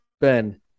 Ben